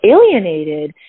alienated